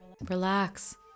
Relax